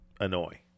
annoy